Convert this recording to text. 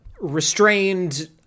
Restrained